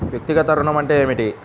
వ్యక్తిగత ఋణం అంటే ఏమిటి?